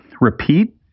repeat